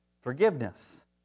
forgiveness